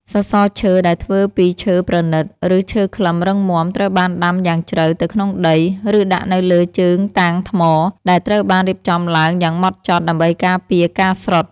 សសរឈើដែលធ្វើពីឈើប្រណីត ឬឈើខ្លឹមរឹងមាំ ត្រូវបានដាំយ៉ាងជ្រៅទៅក្នុងដី ឬដាក់នៅលើជើងតាងថ្ម ដែលត្រូវបានរៀបចំឡើងយ៉ាងហ្មត់ចត់ដើម្បីការពារការស្រុត។